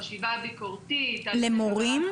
חשיבה ביקורתית למורים.